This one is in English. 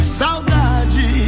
saudade